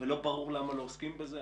ולא ברור למה לא עוסקים בזה.